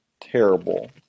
terrible